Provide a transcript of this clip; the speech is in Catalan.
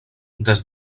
des